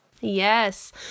Yes